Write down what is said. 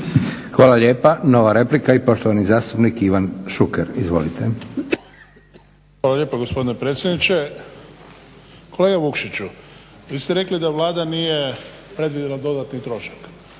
Hvala lijepa. Nova replika i poštovani zastupnik Ivan Šuker. Izvolite. **Šuker, Ivan (HDZ)** Hvala lijepa gospodine predsjedniče. Kolega Vukšiću, vi ste rekli da Vlada nije predvidjela dodatni trošak,